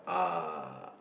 uh